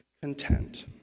content